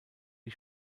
die